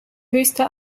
höchste